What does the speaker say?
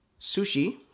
sushi